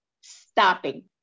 stopping